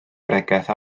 bregeth